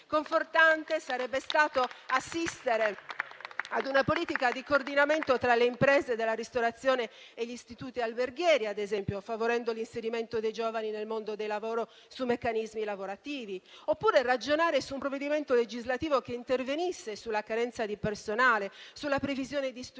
Confortante sarebbe stato assistere ad una politica di coordinamento tra le imprese della ristorazione e gli istituti alberghieri, ad esempio favorendo l'inserimento dei giovani nel mondo del lavoro su meccanismi lavorativi; oppure ragionare su un provvedimento legislativo che intervenisse sulla carenza di personale, sulla previsione di strumenti